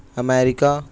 America